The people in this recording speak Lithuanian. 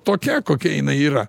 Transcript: tokia kokia jinai yra